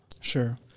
Sure